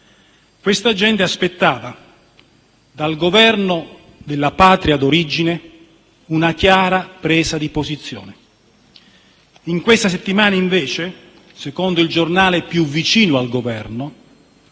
Quella gente aspettava dal Governo della Patria d'origine una chiara presa di posizione. In questa settimana, invece, secondo il giornale più vicino al Governo,